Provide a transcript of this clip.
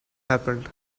happened